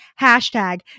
hashtag